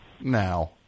now